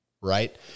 right